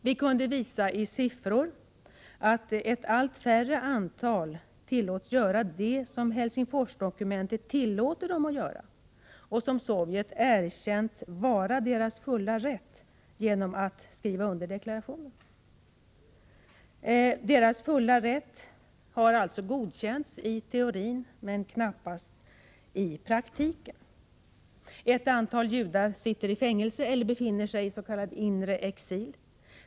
Vi kunde visa i siffror att ett allt mindre antal tillåts göra det som Helsingforsdokumentet tillåter dem att göra och som Sovjet erkänt vara deras fulla rätt genom att skriva under deklarationen. Deras fulla rätt har alltså godkänts i teorin men knappast i praktiken. Ett antal judar sitter i fängelse eller befinner sig i s.k. inre exil.